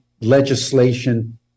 legislation